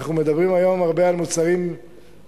אנחנו מדברים היום הרבה על מוצרים בפיקוח,